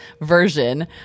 version